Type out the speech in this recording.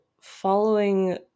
following